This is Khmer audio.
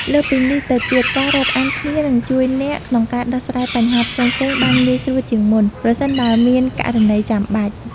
លើសពីនេះទៅទៀត ការរាប់អានគ្នានឹងជួយអ្នកក្នុងការដោះស្រាយបញ្ហាផ្សេងៗបានងាយស្រួលជាងមុន ប្រសិនបើមានករណីចាំបាច់។